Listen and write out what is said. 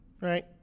Right